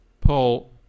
Paul